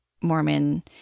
Mormon